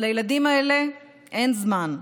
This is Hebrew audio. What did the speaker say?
אבל לילדים האלה אין זמן.